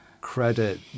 credit